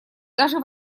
даже